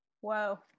whoa